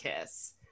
Kiss